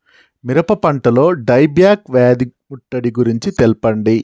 మిరప పంటలో dieback వ్యాధి ముట్టడి గురించి తెల్పండి?